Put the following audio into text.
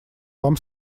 вам